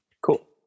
Cool